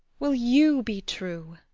will you be true?